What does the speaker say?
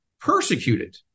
persecuted